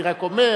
אני רק אומר,